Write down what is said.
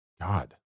God